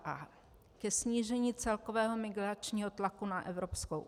a) ke snížení celkového migračního tlaku na Evropskou unii,